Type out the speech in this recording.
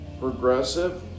progressive